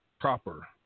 proper